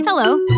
Hello